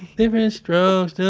different and strokes.